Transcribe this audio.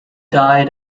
died